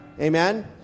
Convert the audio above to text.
Amen